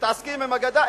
מתעסקים עם הגדה.